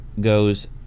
goes